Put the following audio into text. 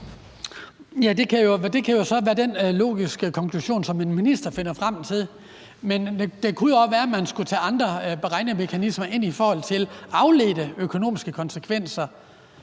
Ja, det kan jo så være den logiske konklusion, som en minister finder frem til. Men det kunne jo også være, at man skulle tage andre regnemekanismer ind i forhold til afledte økonomiske konsekvenser